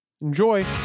Enjoy